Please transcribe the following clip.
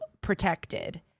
protected